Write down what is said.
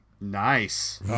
Nice